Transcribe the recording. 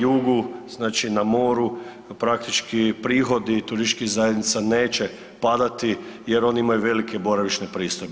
jugu, znači na moru praktički prihodi turističkih zajednica neće padati jer oni imaju velike boravišne pristojbe.